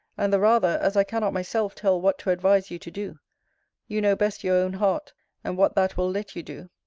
and the rather, as i cannot myself tell what to advise you to do you know best your own heart and what that will let you do.